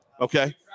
okay